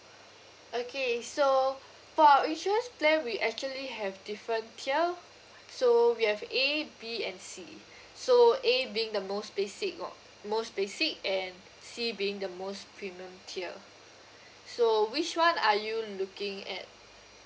okay so for our insurance plan we actually have different tier so we have A B and C so A being the most basic on~ most basic and C being the most premium tier so which one are you looking at